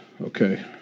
Okay